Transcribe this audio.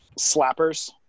slappers